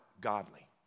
godly